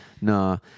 no